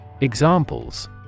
Examples